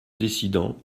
décidant